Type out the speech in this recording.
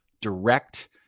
direct